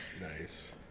Nice